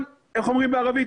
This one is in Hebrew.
אבל איך אומרים בערבית?